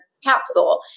capsule